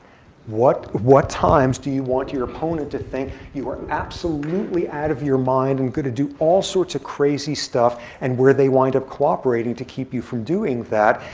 what what times do you want your opponent to think you are absolutely out of your mind and going to do all sorts of crazy stuff, and where they wind up cooperating to keep you from doing that.